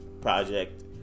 project